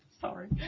Sorry